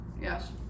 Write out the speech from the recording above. Yes